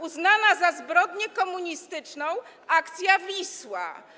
uznana za zbrodnię komunistyczną akcja „Wisła”